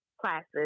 classes